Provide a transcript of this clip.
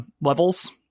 levels